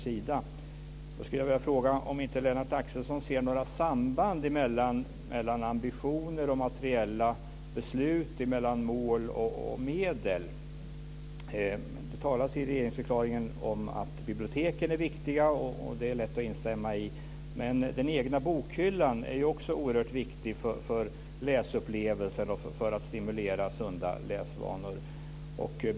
Jag vill fråga om inte Lennart Axelsson ser några samband mellan ambitioner och materiella beslut, mellan mål och medel. Det talas i regeringsförklaringen om att biblioteken är viktiga, och det är lätt att instämma i. Men den egna bokhyllan är ju också oerhört viktig för läsupplevelser och för att stimulera sunda läsvanor.